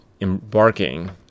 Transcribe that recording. embarking